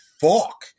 fuck